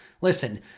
Listen